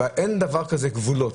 אין דבר כזה גבולות.